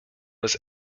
was